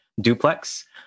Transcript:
duplex